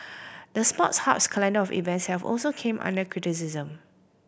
the Sports Hub's calendar of events have also came under criticism